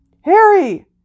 Harry